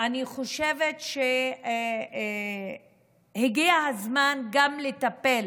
חושבת שבאמת הגיע הזמן לטפל